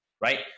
right